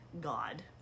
God